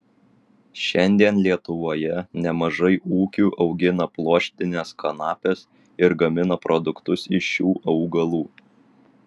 šiandien lietuvoje nemažai ūkių augina pluoštines kanapes ir gamina produktus iš šių augalų